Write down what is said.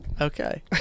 okay